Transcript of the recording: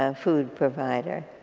ah food provider.